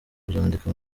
kuzandika